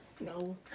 No